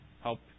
help